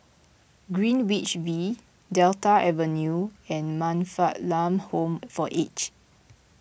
Greenwich V Delta Avenue and Man Fatt Lam Home for Aged